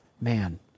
man